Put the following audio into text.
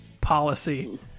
policy